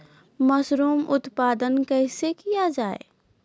Mushroom उत्पादन कैसे किया जाय?